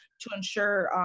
to ensure,